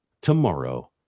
tomorrow